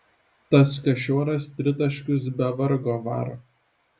tas kašioras tritaškius be vargo varo